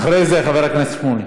אחרי זה חבר הכנסת שמולי.